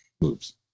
moves